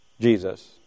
Jesus